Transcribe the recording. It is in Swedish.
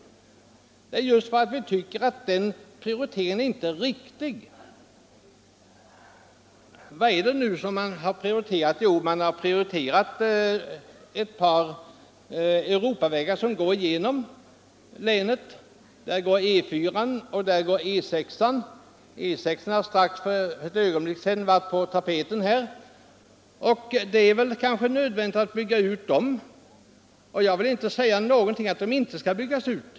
Vi tycker att vägverkets prioritering inte är riktig. Vad har då prioriterats? Jo, ett par europavägar som går genom länet - E4 och E 6. E 6 var för en stund sedan på tapeten här i kammaren. Det är kanske nödvändigt att bygga ut dessa vägar och jag vill inte säga att de inte skall byggas ut.